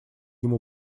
ему